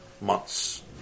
months